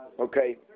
Okay